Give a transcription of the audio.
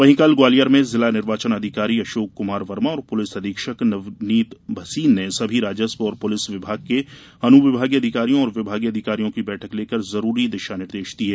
वहीं कल ग्वालियर में जिला निर्वाचन अधिकारी अशोक कुमार वर्मा और पुलिस अधीक्षक नवनीत भसीन ने सभी राजस्व और पुलिस विभाग के अनुविभागीय अधिकारियों और विभागीय अधिकारियों की बैठक लेकर जरूरी दिशा निर्देश दिये